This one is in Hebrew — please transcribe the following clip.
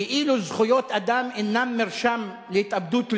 כאילו זכויות אדם הינן מרשם להתאבדות לאומית,